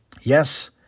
Yes